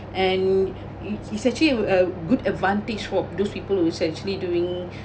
and it is actually a good advantage for those people who is actually doing